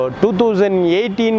2018